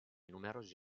numerosi